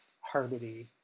Harmony